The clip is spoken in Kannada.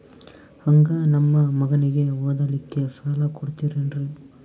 ಹಂಗ ನಮ್ಮ ಮಗನಿಗೆ ಓದಲಿಕ್ಕೆ ಸಾಲ ಕೊಡ್ತಿರೇನ್ರಿ?